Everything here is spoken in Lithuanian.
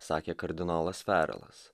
sakė kardinolas ferelas